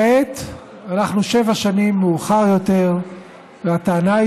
כעת אנחנו שבע שנים מאוחר יותר והטענה היא